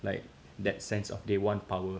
like that sense of they want power